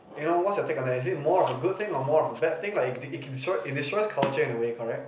you know what's your take on that is it more of a good thing or more of a bad thing like it it destroys culture in a way correct